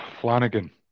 Flanagan